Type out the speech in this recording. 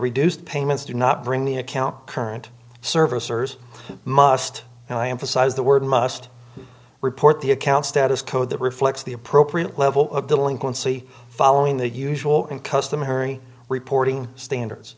reduced payments do not bring the account current service or must and i emphasize the word must report the account status code that reflects the appropriate level of delinquency following the usual and customary reporting standards